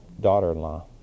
daughter-in-law